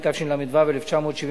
התשל"ו 1975,